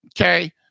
Okay